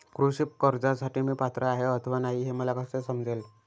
कृषी कर्जासाठी मी पात्र आहे अथवा नाही, हे मला कसे समजेल?